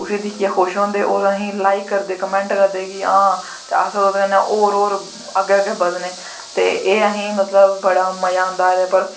उसी दिखियै खुश होंदे और असें लाई करदे कमैंट करदे कि हां अस ओह्दे कन्नै होर अग्गै अग्गै बधने ते एह् असें मतलव बड़ा मज़ा आंदा एह्दे पर